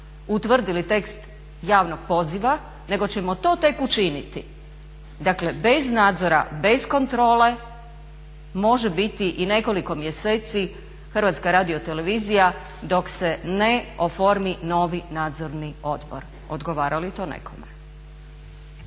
utvrdili tekst javnog poziva nego ćemo to tek učiniti. Dakle, bez nadzora, bez kontrole može biti i nekoliko mjeseci Hrvatska radiotelevizija dok se ne oformi novi Nadzorni odbor. Odgovara li to nekome?